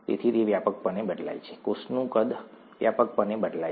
તેથી તે વ્યાપકપણે બદલાય છે કોષનું કદ વ્યાપકપણે બદલાય છે